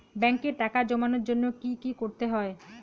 ব্যাংকে টাকা জমানোর জন্য কি কি করতে হয়?